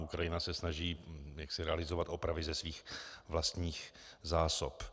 Ukrajina se snaží jaksi realizovat opravy ze svých vlastních zásob.